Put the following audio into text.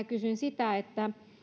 kysyin lähinnä sitä